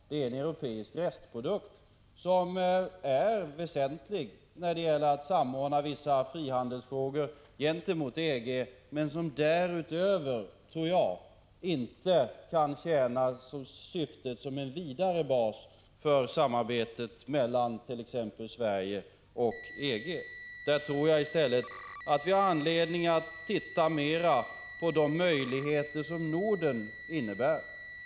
Det är en europeisk restprodukt som är väsentlig när det gäller att samordna vissa frihandelsfrågor gentemot EG men som därutöver, tror jag, inte kan tjäna som en vidare bas för samarbetet mellan t.ex. Sverige och EG. Där tror jag i stället att vi har anledning att titta mer på de möjligheter som Norden innebär.